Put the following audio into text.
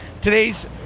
Today's